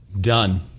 Done